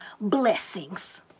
blessings